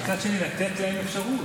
אבל מצד שני לתת להם אפשרות.